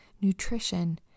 nutrition